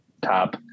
top